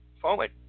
Forward